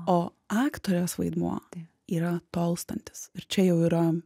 o aktorės vaidmuo yra tolstantis ir čia jau yra